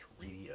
Radio